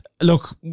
look